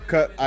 Cut